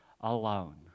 alone